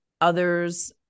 others